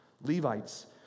Levites